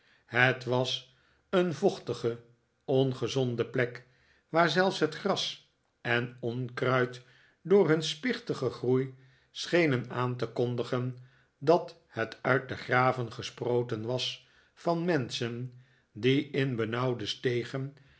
het was een yochtige ongezonde plek waar zelfs het gras en onkruid door nun spichtigen groei schenen aan te kondigen dat het uit de graven gesproten was van menschen die in benauwde stegen